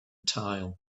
tile